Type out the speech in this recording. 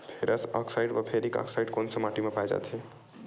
Ferrous oxide व ferric oxide कोन सा माटी म पाय जाथे?